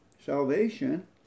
salvation